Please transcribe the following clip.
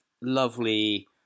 lovely